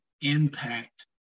impact